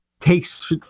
takes